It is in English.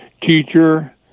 teacher